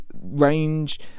range